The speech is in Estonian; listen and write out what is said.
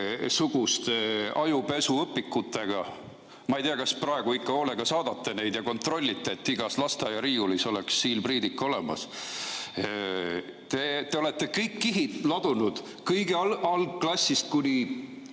suguste ajupesuõpikutega. Ma ei tea, kas praegu ikka hoolega saadate neid ja kontrollite, et igas lasteaiariiulis oleks siil Priidik olemas. Te olete kõik kihid ladunud algklassist kuni